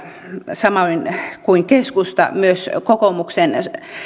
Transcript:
samoin kuin keskusta myös kokoomuksen